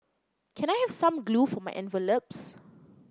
can I have some glue for my envelopes